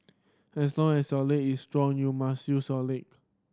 as long as your leg is strong you must use your leg